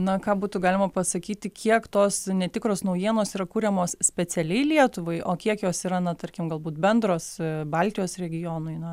na ką būtų galima pasakyti kiek tos netikros naujienos yra kuriamos specialiai lietuvai o kiek jos yra na tarkim galbūt bendros baltijos regionui